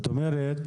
כלומר,